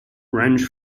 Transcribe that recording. range